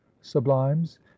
sublimes